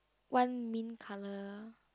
one mint colour